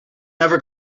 never